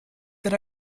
that